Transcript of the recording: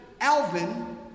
Alvin